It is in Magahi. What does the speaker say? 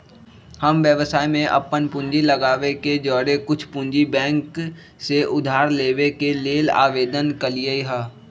हम व्यवसाय में अप्पन पूंजी लगाबे के जौरेए कुछ पूंजी बैंक से उधार लेबे के लेल आवेदन कलियइ ह